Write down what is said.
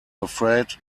afraid